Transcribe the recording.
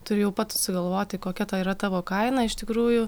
turi jau pats susigalvoti kokia ta yra tavo kaina iš tikrųjų